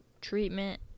treatment